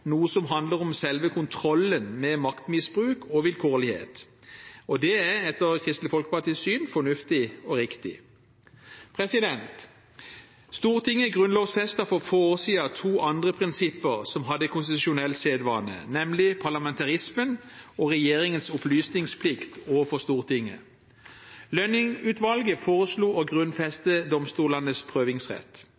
noe som handler om selve kontrollen med maktmisbruk og vilkårlighet. Det er etter Kristelig Folkepartis syn fornuftig og riktig. Stortinget grunnlovfestet for få år siden to andre prinsipper som hadde konstitusjonell sedvane, nemlig parlamentarismen og regjeringens opplysningsplikt overfor Stortinget. Lønning-utvalget foreslo å grunnlovfeste domstolenes prøvingsrett.